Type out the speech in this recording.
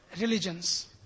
religions